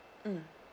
um